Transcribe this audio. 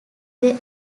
they